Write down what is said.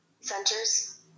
centers